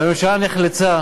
והממשלה נחלצה